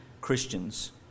Christians